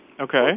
okay